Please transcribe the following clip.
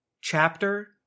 Chapter